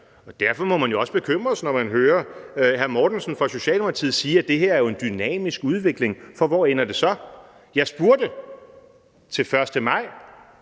derfor må man jo også bekymres, når man hører hr. Flemming Møller Mortensen fra Socialdemokratiet sige, at det her jo er en dynamisk udvikling – for hvor ender det så? Jeg spurgte til 1. maj,